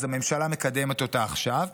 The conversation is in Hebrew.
אז הממשלה מקדמת אותה עכשיו.